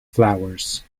flowers